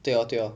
对 lor 对 lor